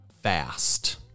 FAST